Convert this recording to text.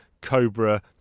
cobra